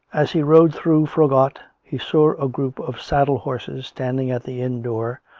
as he rode through froggatt, he saw a group of saddle horses standing at the inn door,